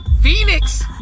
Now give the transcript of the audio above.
Phoenix